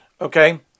Okay